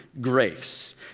grace